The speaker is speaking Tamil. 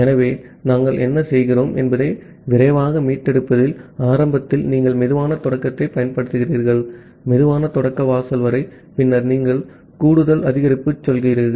ஆகவே நாங்கள் என்ன செய்கிறோம் என்பதை விரைவாக மீட்டெடுப்பதில் ஆரம்பத்தில் நீங்கள் சுலோ ஸ்டார்ட்த்தைப் பயன்படுத்துகிறீர்கள் சுலோ ஸ்டார்ட் வாசல் வரை பின்னர் நீங்கள் கூடுதல் அதிகரிப்புக்குச் செல்கிறீர்கள்